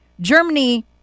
Germany